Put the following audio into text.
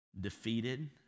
defeated